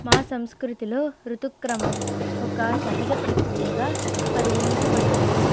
మా సంస్కృతిలో రుతుక్రమం ఒక సహజ ప్రక్రియగా పరిగణించబడుతుంది